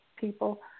people